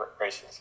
races